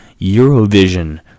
Eurovision